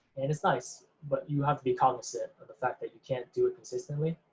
and it's nice. but you have to be cognizant of the fact that you can't do it consistently,